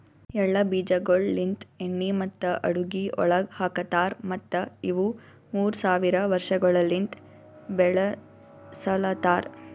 ಎಳ್ಳ ಬೀಜಗೊಳ್ ಲಿಂತ್ ಎಣ್ಣಿ ಮತ್ತ ಅಡುಗಿ ಒಳಗ್ ಹಾಕತಾರ್ ಮತ್ತ ಇವು ಮೂರ್ ಸಾವಿರ ವರ್ಷಗೊಳಲಿಂತ್ ಬೆಳುಸಲತಾರ್